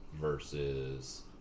versus